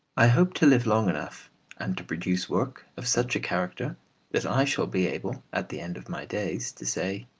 i hope to live long enough and to produce work of such a character that i shall be able at the end of my days to say,